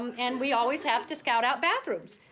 um and we always have to scout out bathrooms.